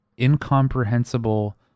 incomprehensible